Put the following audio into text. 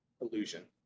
illusion